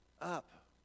up